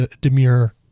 demure